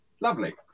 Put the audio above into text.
Lovely